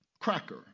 Cracker